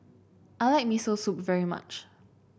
I like Miso Soup very much